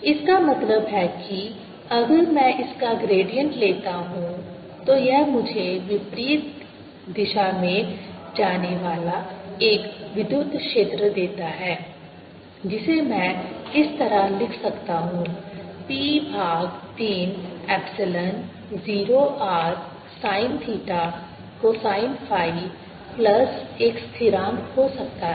E P30x VrP30x इसका मतलब है कि अगर मैं इसका ग्रेडियंट लेता हूं तो यह मुझे विपरीत दिशा में जाने वाला एक विद्युत क्षेत्र देता है जिसे मैं इस तरह लिख सकता हूं P भाग 3 epsilon 0 r sin theta cosine phi plus एक स्थिरांक हो सकता है